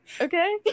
Okay